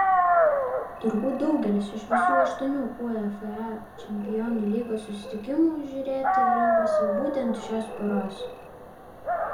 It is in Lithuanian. turbūt daugelis iš visų aštuonių uefa čempionų lygos susitikimų žiūrėti rinkosi būtent šios poros